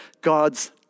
God's